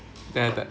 tak tak tak